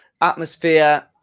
atmosphere